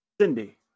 Cindy